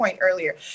earlier